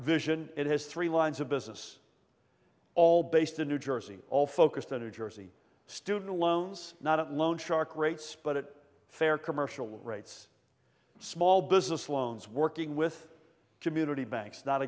vision it has three lines of business all based in new jersey all focused on new jersey student loans not loan shark rates but it fair commercial rates small business loans working with community banks not